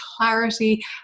clarity